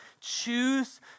Choose